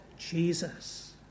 Jesus